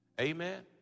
Amen